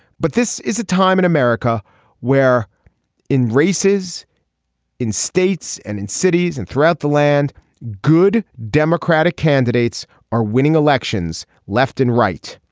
but this is a time in america where in races in states and in cities and throughout the land good democratic candidates are winning elections left and right.